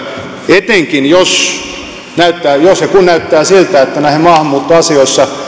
etenkin jos ja kun näyttää siltä että näissä maahanmuuttoasioissa